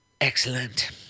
excellent